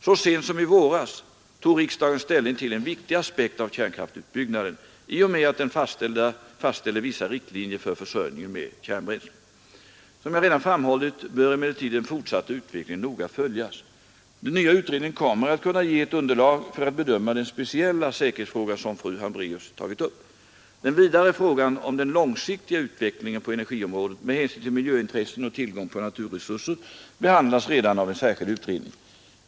Så sent som i våras tog riksdagen ställning till en viktig aspekt av kärnkraftutbyggnaden i och med att den fastställde vissa riktlinjer för försörjningen med kärnbränsle. Som jag redan framhållit bör emellertid den fortsatta utvecklingen noga följas. Den nya utredningen kommer att kunna ge ett underlag för att bedöma den speciella säkerhetsfråga som fru Hambraeus tagit upp. Den vidare frågan om den långsiktiga utvecklingen på energiområdet med hänsyn till miljöintressen och tillgång på naturresurser behandlas redan av en särskild utredning.